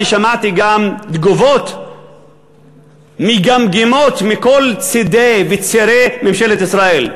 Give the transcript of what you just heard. אני שמעתי גם תגובות מגמגמות מכל צדי וצירי ממשלת ישראל,